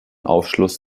aufschluss